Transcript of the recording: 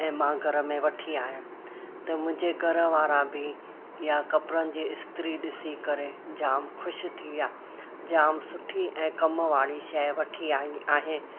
ऐं मां घर में वठी आयमि त मुंहिंजे घरवारा बि इहा कपिड़नि जी इस्त्री ॾिसी करे जामु ख़ुशि थी विया जाम सुठी ऐं कमु वारी शइ वठी आई आहे